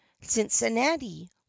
cincinnati